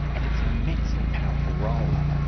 and it's an immensely powerful role.